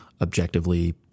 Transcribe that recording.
objectively